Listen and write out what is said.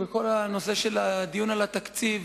בכל הנושא של הדיון על התקציב,